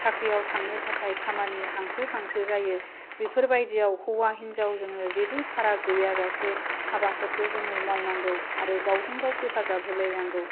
साख्रियाव थांनो थाखाय खामानि हांसो हांसो जायो बिफोर बादियाव हौवा हिनजाव जेबो फाराग गैयाजासे हाबाफोरखौ जोङो मावनांगौ आरो गावजों गाव हेफाजाब होलायनांगौ